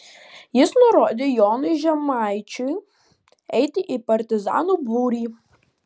jis nurodė jonui žemaičiui eiti į partizanų būrį